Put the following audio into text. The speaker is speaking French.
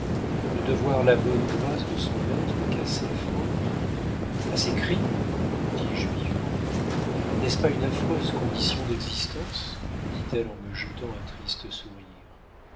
ne devoir la bonne grâce de son maître qu'à ses fautes a ses crimes dis-je vivement n'est-ce pas une affreuse condition d'existence dit-elle en me jetant un triste sourire